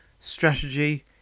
strategy